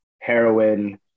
heroin